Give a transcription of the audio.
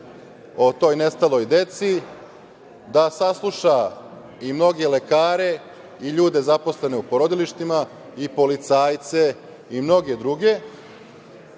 o toj nestaloj deci, da sasluša i mnoge lekare i ljude zaposlene u porodilištima i policajce i mnoge druge